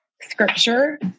scripture